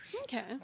Okay